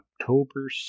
October